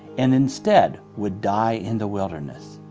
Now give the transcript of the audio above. and instead would die in the wilderness.